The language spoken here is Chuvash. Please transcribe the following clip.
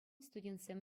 студентсем